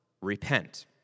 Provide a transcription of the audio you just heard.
repent